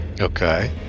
Okay